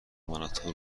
مناطق